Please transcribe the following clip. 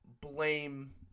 blame